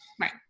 Right